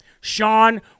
Sean